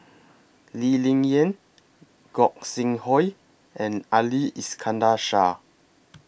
Lee Ling Yen Gog Sing Hooi and Ali Iskandar Shah